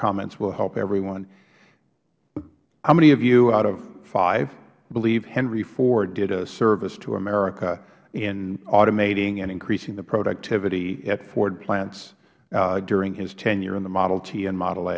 comments will help everyone how many of you out of five believe henry ford did a service to america in automating and increasing the productivity at ford plants during his tenure in the model t and model